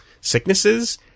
sicknesses